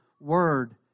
word